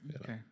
Okay